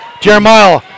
Jeremiah